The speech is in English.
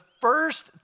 first